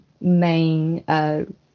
main